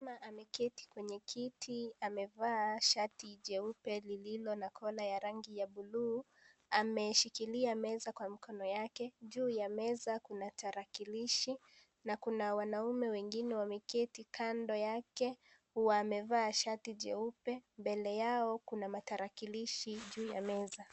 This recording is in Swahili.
Mama ameketi kwenye kiti, amevaa shati jeupe lililo na kola ya rangi ya bluu ,ameshikilia meza kwa mikono yake. Juu ya meza kuna tarakilishi na kuna wanaume wengine wameketi kando yake, wamevaa shati jeupe.. Mbele yao kuna matarakilishi juu ya meza.